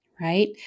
Right